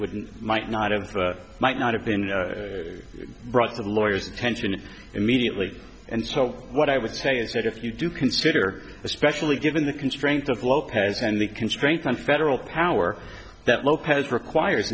would and might not and might not have been brought to lawyers attention immediately and so what i would say is that if you do consider especially given the constraints of lopez and the constraints on federal power that lopez requires